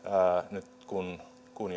nyt kun kun